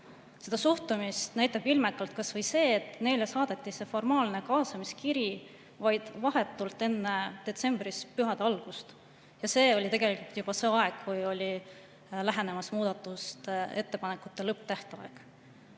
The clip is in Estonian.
Seda suhtumist näitab ilmekalt kas või see, et neile saadeti see formaalne kaasamiskiri detsembris vahetult enne pühade algust. Ja see oli tegelikult juba see aeg, kui oli lähenemas muudatusettepanekute lõpptähtaeg.